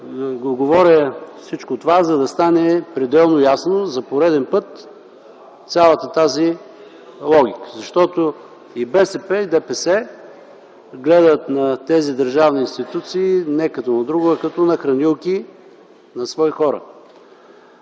Говоря всичко това, за да стане пределно ясна за пореден път цялата тази логика. Защото и БСП, и ДПС гледат на тези държавни институции не като на нещо друго, а като на хранилки за свои хора.